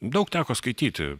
daug teko skaityti